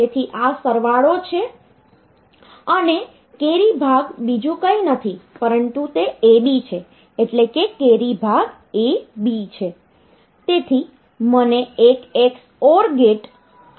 તેથી આ સરવાળો છે અને કેરી ભાગ બીજું કંઈ નથી પરંતુ તે AB છે એટલે કે કેરી ભાગ A B છે